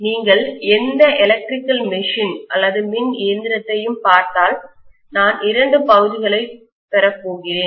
நீங்கள் எந்த electrical machine மின் இயந்திரத்தையும் பார்த்தால் நான் இரண்டு பகுதிகளைப் பெறப்போகிறேன்